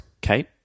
Kate